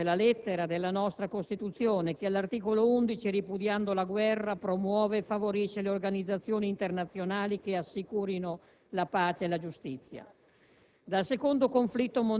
Questo è lo spirito e la lettera della nostra Costituzione che, all'articolo 11, ripudiando la guerra, promuove e favorisce le organizzazioni internazionali che assicurino la pace e la giustizia.